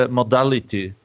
modality